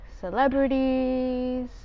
celebrities